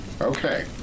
Okay